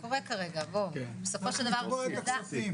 אני מבקשת לבדוק בבקשה,